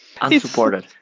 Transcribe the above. Unsupported